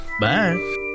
Bye